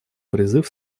призыв